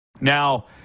Now